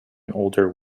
older